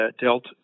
Dealt